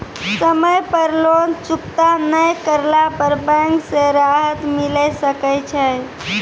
समय पर लोन चुकता नैय करला पर बैंक से राहत मिले सकय छै?